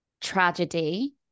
tragedy